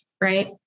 Right